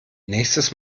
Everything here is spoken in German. nächstes